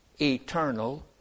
eternal